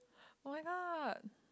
why not